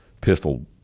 pistol